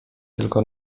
tylko